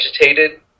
agitated